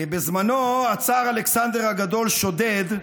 בזמנו הצאר אלכסנדר הגדול העמיד לדין שודד,